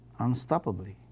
unstoppably